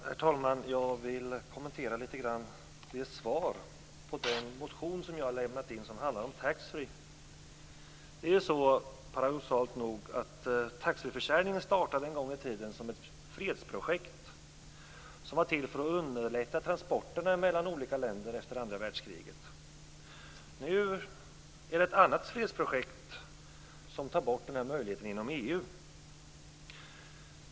Herr talman! Jag vill göra några kommentarer till svaret på den motion som jag har lämnat in som handlar om taxfree. Det är ju paradoxalt nog så att taxfree-försäljningen en gång i tiden startade som ett fredsprojekt. Den var till för att underlätta transporterna mellan olika länder efter andra världskriget. Nu är det ett annat fredsprojekt som tar bort de här möjligheterna. Det sker inom EU.